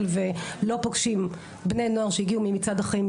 ולא פוגשים בני נוער שהגיעו ממצעד אחים,